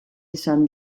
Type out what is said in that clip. izan